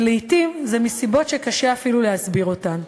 ולעתים זה מסיבות שקשה אפילו להסביר אותן.